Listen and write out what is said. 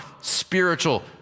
spiritual